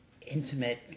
intimate